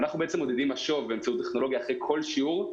אנחנו מודדים משוב באמצעות טכנולוגיה אחרי כל שיעור.